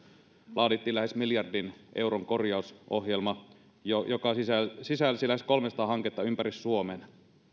laadittiin lähes miljardin euron korjausohjelma joka sisälsi sisälsi lähes kolmesataa hanketta ympäri suomen